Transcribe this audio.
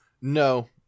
No